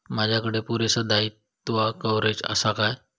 माजाकडे पुरासा दाईत्वा कव्हारेज असा काय?